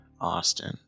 Austin